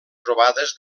trobades